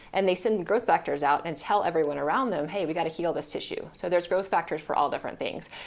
and they send growth factors out and tell everyone around them, hey, we've got to heal this tissue, so there's growth factors for all different things.